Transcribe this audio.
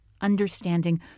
understanding